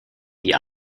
die